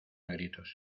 gritos